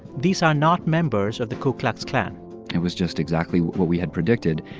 these are not members of the ku klux klan it was just exactly what we had predicted,